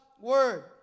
word